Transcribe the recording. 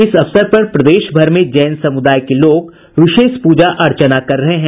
इस अवसर पर प्रदेश भर में जैन समुदाय के लोग विशेष पूजा अर्चना कर रहे हैं